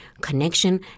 connection